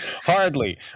Hardly